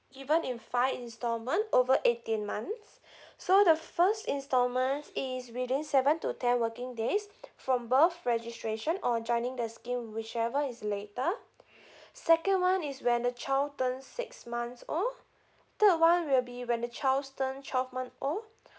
given in five installment over eighteen months so the first installment is within seven to ten working days from birth registration or joining the scheme whichever is later second one is when the child turns six months old third one will be when the child turn twelve month old